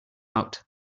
out